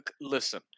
listen